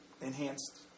enhanced